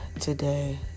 today